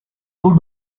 two